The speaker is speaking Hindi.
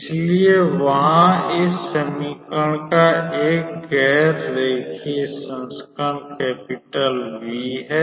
इसलिए वहाँ इस समीकरण का एक गैर रेखीय संस्करण V है